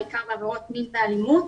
בעיקר בעבירות מין ואלימות.